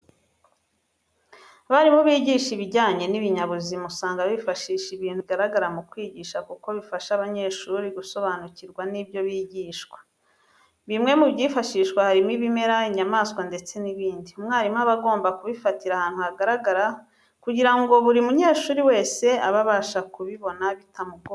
Abarimu bigisha ibijyanye n'ibinyabuzima usanga bifashisha ibintu bigaragara mu kwigisha kuko bifasha abanyeshuri gusobanukirwa n'ibyo bigishwa. Bimwe mu byifashishwa harimo ibimera, inyamaswa ndetse n'ibindi. Umwarimu aba agomba kubifatira ahantu hagaragara kugira ngo buri munyeshuri wese abe abasha kubibona bitamugoye.